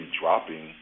dropping